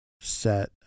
set